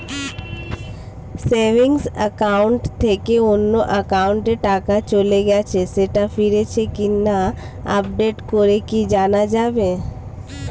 Savings account থেকে অন্য একাউন্টে টাকা চলে গেছে সেটা ফিরেছে কিনা আপডেট করে কি জানা যাবে?